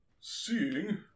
seeing